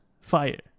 fire